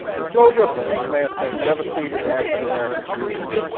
the closure of the freedman's bank devastated the african-american community.